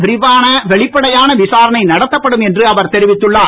விரிவான வெளிப்படையான விசாரணை நடத்தப்படும் என்று அவர் தெரிவித்துள்ளார்